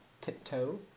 tiptoe